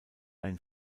ein